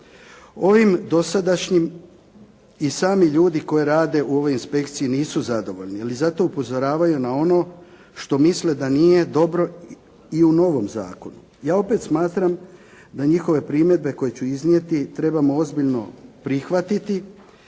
Ovim dosadašnjim i sami ljudi koji rade u ovoj inspekciji nisu zadovoljni, ali zato upozoravaju na ono što misle da nije dobro i u novom zakonu. Ja opet smatram da njihove primjedbe koje ću iznijeti, trebamo ozbiljno prihvatiti